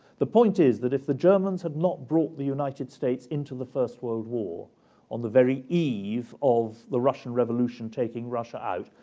the point is that if the germans had not brought the united states into the first world war on the very eve of the russian revolution, taking russia out,